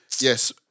yes